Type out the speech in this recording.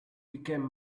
became